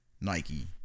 Nike